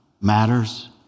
matters